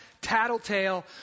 tattletale